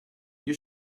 you